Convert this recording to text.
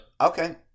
Okay